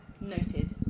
noted